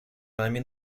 вами